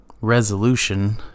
resolution